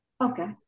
Okay